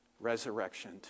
resurrection